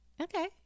okay